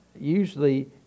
usually